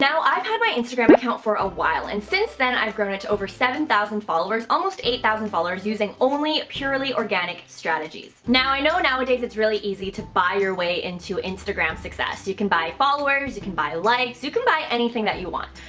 now i've had my instagram account for a while, and since then i've grown it to over seven thousand followers, almost eight thousand followers using only purely organic strategies. now i know nowadays it's really easy to buy your way into instagram success. you can buy followers, you can buy likes, you can buy anything that you want.